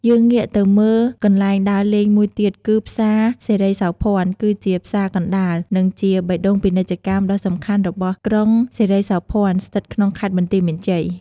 យើងងាកទៅមើកន្លែងដើរលេងមួយទៀតគឺផ្សារសិរីសោភ័ណ គឺជាផ្សារកណ្ដាល និងជាបេះដូងពាណិជ្ជកម្មដ៏សំខាន់របស់ ក្រុងសិរីសោភ័ណ ស្ថិតក្នុងខេត្តបន្ទាយមានជ័យ។